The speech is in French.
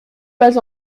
pas